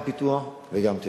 גם פיתוח וגם תכנון.